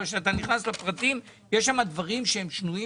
אבל כשאתה נכנס לפרטים יש שם דברים שהם שנויים